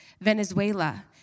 Venezuela